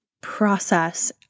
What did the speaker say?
process